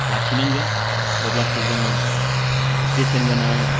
लाखिनांगोन अब्लासो जोङो बेसेन गोनां